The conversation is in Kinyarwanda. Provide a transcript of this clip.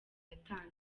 yatanze